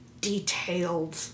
detailed